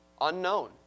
Unknown